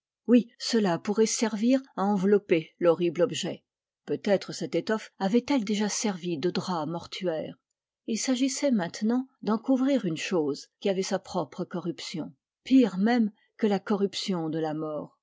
oui cela pourrait servir à envelopper l'horrible objet peut-être cette étoffe avait-elle déjà servi de drap mortuaire il s'agissait maintenant d'en couvrir une chose qui avait sa propre corruption pire même que la corruption de la mort